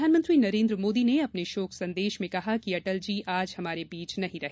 प्रधानमंत्री नरेन्द्र मोदी ने अपने शोक संदेश में कहा कि अटल जी आज हमारे बीच नहीं रहे